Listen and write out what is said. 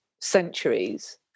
centuries